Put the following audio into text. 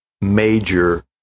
major